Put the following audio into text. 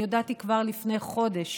אני הודעתי כבר לפני חודש